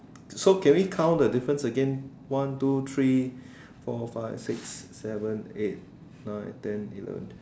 so can we count the difference again one two three four five six seven eight nine ten eleven